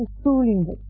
schooling